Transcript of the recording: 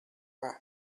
where